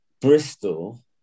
Bristol